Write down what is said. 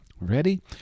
Ready